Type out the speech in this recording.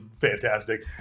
fantastic